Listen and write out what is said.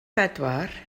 bedwar